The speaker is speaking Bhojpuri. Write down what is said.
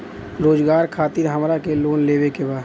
रोजगार खातीर हमरा के लोन लेवे के बा?